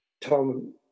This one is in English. Tom